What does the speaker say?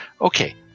okay